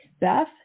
Beth